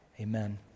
amen